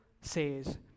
says